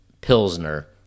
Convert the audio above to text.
Pilsner